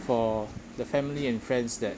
for the family and friends that